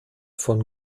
von